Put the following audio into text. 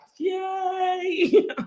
Yay